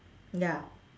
ya